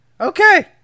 okay